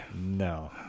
No